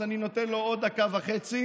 אז אני נותן לו עוד דקה וחצי,